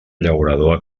llaurador